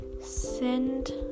send